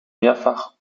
mehrfach